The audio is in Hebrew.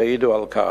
יעידו על כך.